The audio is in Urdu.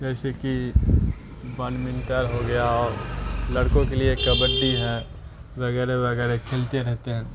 جیسے کہ بیڈمنٹر ہو گیا اور لڑکوں کے لیے کبڈی ہے وغیرہ وغیرہ کھیلتے رہتے ہیں